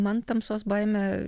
man tamsos baimė